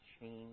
change